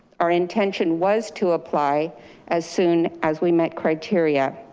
our intention was to apply as soon as we met criteria.